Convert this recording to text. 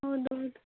ಹೌದೌದು